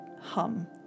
hum